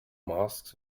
masks